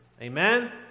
Amen